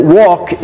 walk